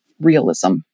realism